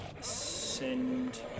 send